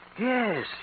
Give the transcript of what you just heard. yes